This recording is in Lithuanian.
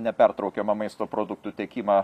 nepertraukiamą maisto produktų tiekimą